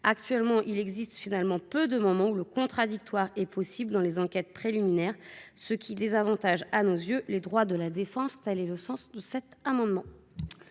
actuelle, il existe finalement peu de moments où le contradictoire est possible dans les enquêtes préliminaires, ce qui désavantage à nos yeux les droits de la défense. Quel est l'avis de la commission